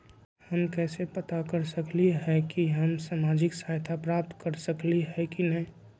हम कैसे पता कर सकली ह की हम सामाजिक सहायता प्राप्त कर सकली ह की न?